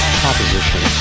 proposition